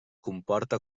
comporta